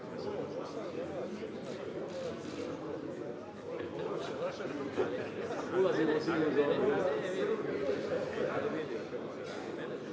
Hvala vama.